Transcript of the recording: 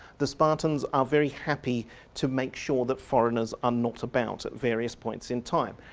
the spartans are very happy to make sure that foreigners are not about at various points in time.